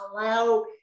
allow